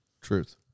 Truth